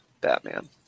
Batman